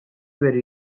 bere